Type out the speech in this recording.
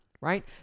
right